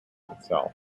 itself